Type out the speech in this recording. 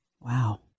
Wow